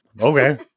Okay